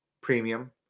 premium